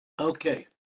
Okay